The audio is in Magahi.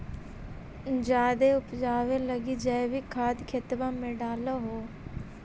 जायदे उपजाबे लगी जैवीक खाद खेतबा मे डाल हो?